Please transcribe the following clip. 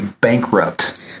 bankrupt